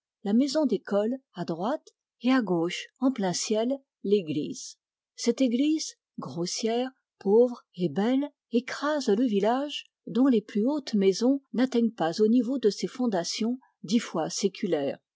la maison d'école à droite et à gauche en plein ciel l'église cette église pauvre et belle écrase le village dont les plus hautes maisons n'atteignent pas au niveau de ses fondations dix fois séculaires